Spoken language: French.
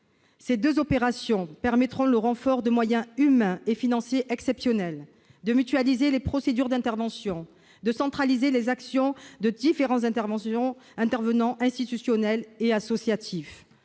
Ces deux opérations permettront de mobiliser des moyens humains et financiers exceptionnels, de mutualiser les procédures d'intervention, de centraliser les actions des différents intervenants institutionnels et associatifs,